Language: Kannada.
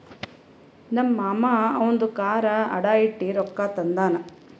ನಮ್ ಮಾಮಾ ಅವಂದು ಕಾರ್ ಅಡಾ ಇಟ್ಟಿ ರೊಕ್ಕಾ ತಂದಾನ್